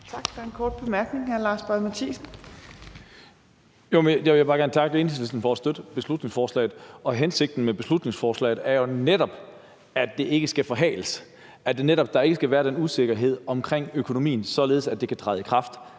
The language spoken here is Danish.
Lars Boje Mathiesen. Kl. 15:52 Lars Boje Mathiesen (NB): Jeg vil bare gerne takke Enhedslisten for at støtte beslutningsforslaget. Hensigten med beslutningsforslaget er jo netop, at det ikke skal forhales, at der netop ikke skal være den usikkerhed om økonomien, således at det kan træde i kraft.